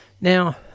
Now